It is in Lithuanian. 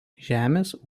žemės